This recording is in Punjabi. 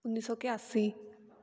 ਉੱਨੀ ਸੌ ਇਕਿਆਸੀ